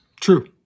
True